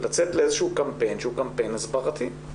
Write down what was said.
לצאת לאיזשהו קמפיין שהוא קמפיין הסברתי.